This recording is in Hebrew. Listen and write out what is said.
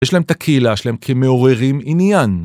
יש להם את הקהילה שלהם כי הם מעוררים עניין.